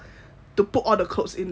to put all